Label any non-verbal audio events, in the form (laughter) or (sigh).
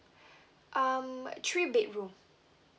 (breath) um three bedroom